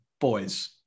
Boys